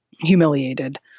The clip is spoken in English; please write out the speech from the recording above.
humiliated